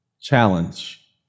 challenge